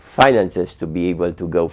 finances to be able to go